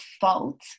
fault